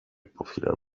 popular